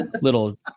little